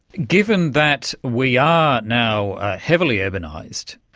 given that we are now heavily urbanised,